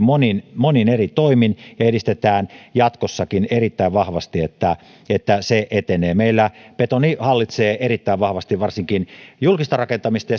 monin monin eri toimin ja edistetään jatkossakin erittäin vahvasti niin että se etenee meillä betoni hallitsee erittäin vahvasti varsinkin julkista rakentamista